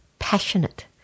passionate